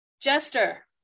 Jester